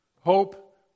Hope